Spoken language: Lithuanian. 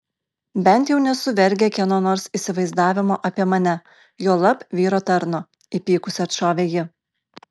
bent jau nesu vergė kieno nors įsivaizdavimo apie mane juolab vyro tarno įpykusi atšovė ji